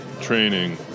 Training